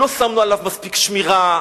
לא שמנו עליו מספיק שמירה,